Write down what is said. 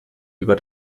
über